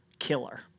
killer